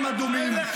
קצת,